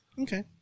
Okay